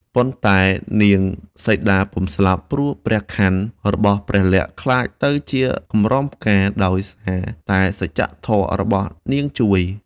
ប៉ុន្តែនាងសីតាពុំស្លាប់ ព្រោះព្រះខ័នរបស់ព្រះលក្សណ៍ក្លាយទៅជាកម្រងផ្កាដោយសារ តែសច្ចៈធម៌របស់នាងជួយ។